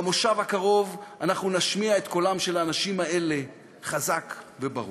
במושב הקרוב אנחנו נשמיע את קולם של האנשים האלה חזק וברור.